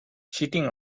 cheating